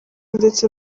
ndetse